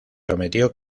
prometió